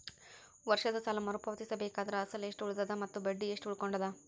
ವರ್ಷದ ಸಾಲಾ ಮರು ಪಾವತಿಸಬೇಕಾದರ ಅಸಲ ಎಷ್ಟ ಉಳದದ ಮತ್ತ ಬಡ್ಡಿ ಎಷ್ಟ ಉಳಕೊಂಡದ?